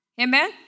Amen